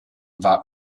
war